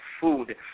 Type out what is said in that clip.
food